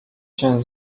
się